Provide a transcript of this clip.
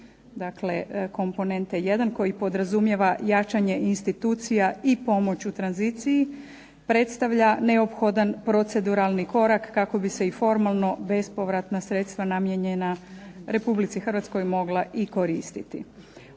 dakle komponente jedan koji podrazumijeva jačanje institucija i pomoć u tranziciji, predstavlja neophodan proceduralni korak kako bi se i formalno bespovratna sredstva namijenjena Republici Hrvatskoj mogla i koristiti.